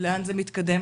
לאן זה מתקדם,